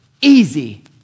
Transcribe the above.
easy